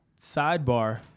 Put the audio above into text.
Sidebar